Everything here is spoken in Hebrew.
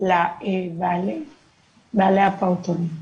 לבעלי הפעוטונים.